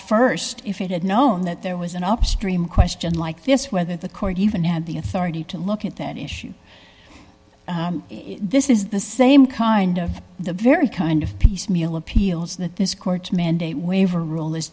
st if it had known that there was an upstream question like this whether the court even had the authority to look at that issue this is the same kind of the very kind of piecemeal appeals that this court's mandate waiver rule is